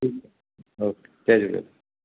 okay जय झूलेलाल